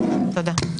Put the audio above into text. תודה.